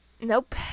Nope